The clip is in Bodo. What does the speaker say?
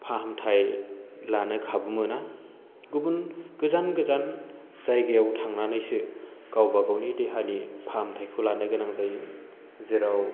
फाहामथाइ लानो खाबु मोना गुबुन गोजान गोजान जायगायाव थांनानैसो गावबा गावनि देहानि फाहामथाइखौ लानो गोनां जायो जेराव